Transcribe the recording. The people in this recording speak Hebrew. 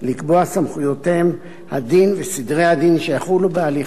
לקבוע סמכויותיהן והדין וסדרי הדין שיחולו בהליכים